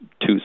two